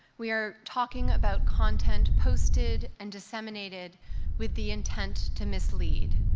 we are talking about content posted and disseminated with the intent to mislead,